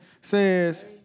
says